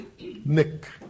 Nick